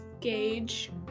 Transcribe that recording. Gage